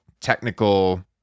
technical